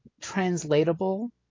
translatable